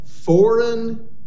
foreign